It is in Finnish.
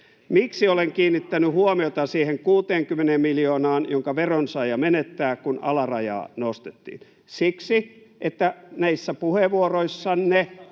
Miksi olen kiinnittänyt huomiota siihen 60 miljoonaan, jonka veronsaaja menettää, kun alarajaa nostettiin? Siksi, että näissä puheenvuoroissanne,